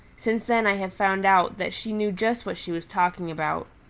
since then i have found out that she knew just what she was talking about.